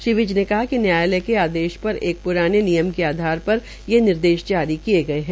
श्री विज ने कहा कि न्यायालय के आदेश पर प्राने नियम के आधार पर ये निर्देश जारी किये गये है